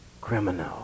Criminal